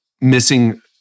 missing